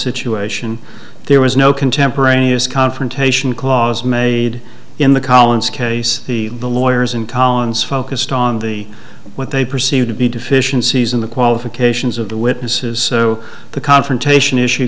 situation there was no contemporaneous confrontation clause made in the collins case the lawyers intolerance focused on the what they perceived to be deficiencies in the qualifications of the witnesses so the confrontation issue